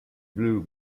blue